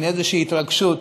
איזה מין התרגשות.